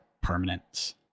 permanent